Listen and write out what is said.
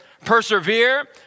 persevere